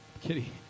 kitty